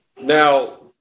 Now